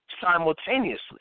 simultaneously